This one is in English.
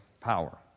power